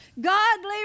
godly